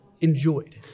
enjoyed